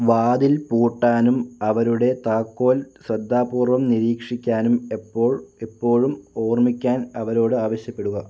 വാതിൽ പൂട്ടാനും അവരുടെ താക്കോൽ ശ്രദ്ധാപൂർവ്വം നിരീക്ഷിക്കാനും എപ്പോൾ എപ്പോഴും ഓർമ്മിക്കാൻ അവരോട് ആവശ്യപ്പെടുക